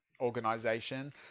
organization